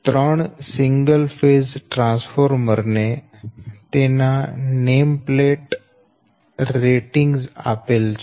3 single phase transformer ને તેના name plate ratings આપેલ છે